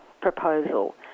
proposal